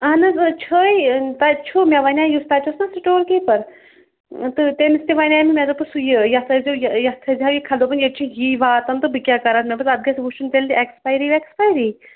اَہن حظ چھِے تَتہِ چھُ مےٚ وَنیٛو یُس تَتہِ اوس نا سٔٹور کیٖپَر تہٕ تٔمِس تہِ وَنیے مےٚ مےٚ دوٚپُس یہِ یَتھ ٲسۍ زیو یَتھ تھٲیِزیٛو یہِ کھوٚپُن ییٚتہِ چھُ یہِ واتان تہٕ بہٕ کیٛاہ کَران مےٚ بوٗز اَتھ گژھِ وُچھُن تیٚلہِ تہِ ایٚکٕسپایری وٮ۪کٕسپایری